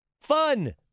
Fun